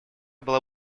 была